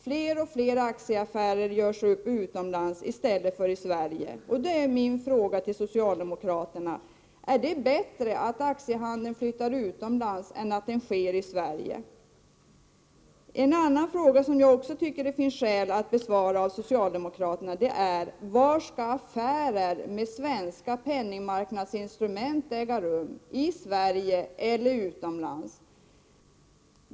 Fler och fler aktieaffärer görs upp i utlandet i stället för i Sverige. Då är min fråga till socialdemokraterna: Är det bättre att aktiehandeln flyttar utomlands än att den sker i Sverige? En annan fråga som jag tycker att det finns skäl för socialdemokraterna att besvara är: Var skall affärer med svenska penningmarknadsinstrument äga rum, i Sverige eller utomlands?